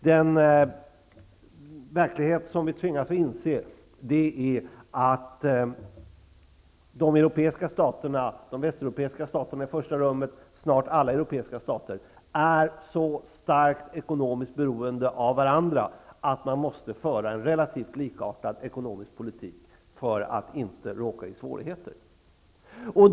Det vi i verkligheten tvingas inse är att i första rummet de västeuropeiska staterna, men snart alla europeiska stater, är så starkt ekonomiskt beroende av varandra att man måste föra en relativt likartad ekonomisk politik för att inte råka i svårigheter.